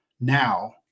now